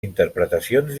interpretacions